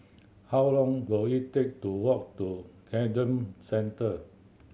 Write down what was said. how long will it take to walk to Camden Centre